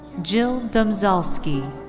jill domzalski.